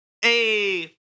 Hey